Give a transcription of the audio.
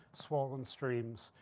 swollen streams,